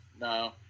no